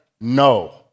no